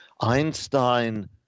Einstein